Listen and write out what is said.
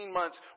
months